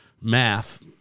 math